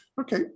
okay